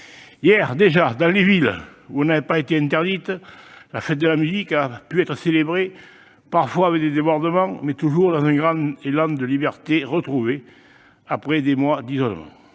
Hier, déjà, dans les villes où elle n'avait pas été interdite, la fête de la musique a pu être célébrée, parfois avec des débordements, mais toujours dans un grand élan de liberté retrouvée, après des mois d'isolement.